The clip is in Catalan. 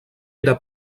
era